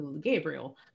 Gabriel